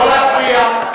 לא להפריע.